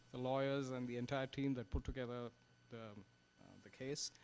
the lawyers, and the entire team that put together the the case.